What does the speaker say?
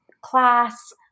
class